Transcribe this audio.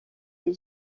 les